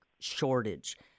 shortage